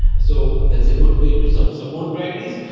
so that's a good way to so support priorities.